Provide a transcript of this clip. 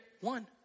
one